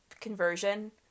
conversion